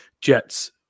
jets